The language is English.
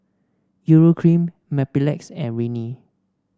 Urea Cream Mepilex and Rene